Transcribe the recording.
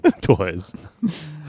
toys